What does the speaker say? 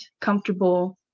comfortable